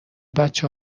بچه